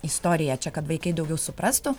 istoriją čia kad vaikai daugiau suprastų